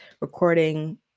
recording